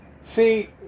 See